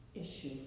issue